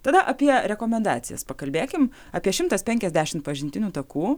tada apie rekomendacijas pakalbėkim apie šimtas penkiasdešimt pažintinių takų